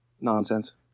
nonsense